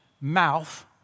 mouth